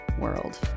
world